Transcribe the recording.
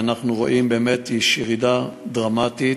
ואנחנו רואים באמת ירידה דרמטית,